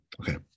Okay